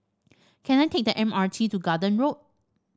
can I take the M R T to Garden Road